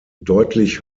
deutlich